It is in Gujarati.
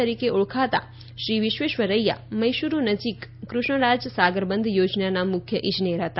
તરીકે ઓળખાતા શ્રી વિશ્વેશ્વરૈયા મૈસુરૂ શહેર નજીક કૃષ્ણરાજ સાગર બંધ યોજનાના મુખ્ય ઇજનેર હતા